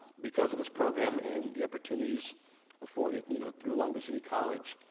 because of this program, and the opportunities afforded you know through long beach city college,